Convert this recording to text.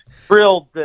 thrilled